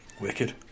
Wicked